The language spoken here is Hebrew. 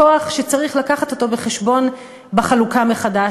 כוח שצריך לקחת אותו בחשבון בחלוקה מחדש